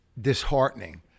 disheartening